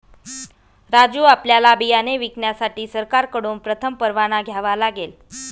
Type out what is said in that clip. राजू आपल्याला बियाणे विकण्यासाठी सरकारकडून प्रथम परवाना घ्यावा लागेल